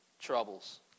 troubles